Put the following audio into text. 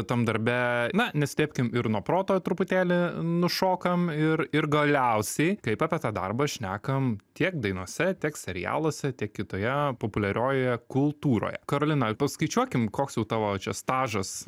tam darbe na neslėpkim ir nuo proto truputėlį nušokam ir ir galiausiai kaip apie tą darbą šnekam tiek dainose tiek serialuose tiek kitoje populiariojoje kultūroje karolina paskaičiuokim koks jau tavo čia stažas